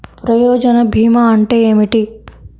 ప్రయోజన భీమా అంటే ఏమిటి?